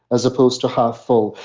as opposed to half full.